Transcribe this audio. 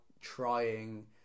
trying